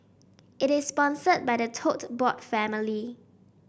it is sponsored by the Tote Board family